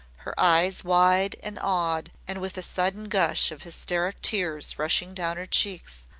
her eyes wide and awed and with a sudden gush of hysteric tears rushing down her cheeks.